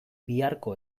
biharko